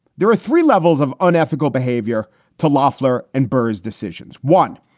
there are three levels of unethical behavior to loffler and burs decisions. one,